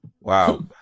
Wow